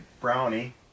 brownie